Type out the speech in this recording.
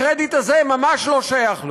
הקרדיט הזה ממש לא שייך לו.